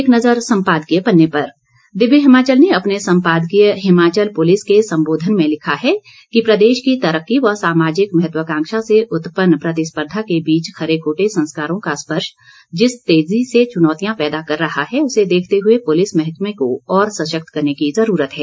एक नज़र सम्पादकीय पन्ने पर दिव्य हिमाचल ने अपने संपादकीय हिमाचल पुलिस के संबोधन में लिखा है कि प्रदेश की तरक्की व सामाजिक महत्वांकांक्षा से उत्पन्न प्रतिस्पर्धा के बीच खरे खोटे संस्कारों का स्पर्श जिस तेजी से चुनौतियां पैदा कर रहा है उसे देखते हुए पुलिस महकमे को सशक्त करने की जरूरत है